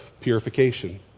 Purification